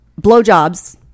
blowjobs